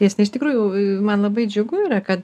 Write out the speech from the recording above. tiesinį iš tikrųjų man labai džiugu yra kad